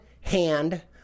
hand